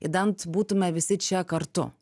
idant būtume visi čia kartu